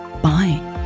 Bye